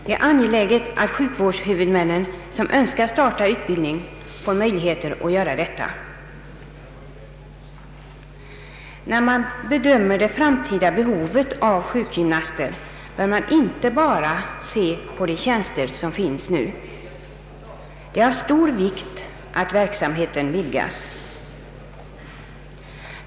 Det är angeläget att de sjukvårdshuvudmän som önskar starta utbildning får möjlighet att göra detta. När man bedömer det framtida behovet av sjukgymnaster bör man inte bara se på de tjänster som finns nu. Det är av stor vikt att verksamheten vidgas.